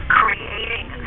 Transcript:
creating